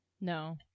no